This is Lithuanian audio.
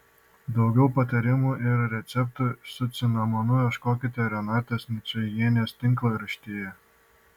daugiau patarimų ir receptų su cinamonu ieškokite renatos ničajienės tinklaraštyje